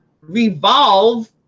revolve